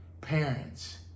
parents